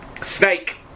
snake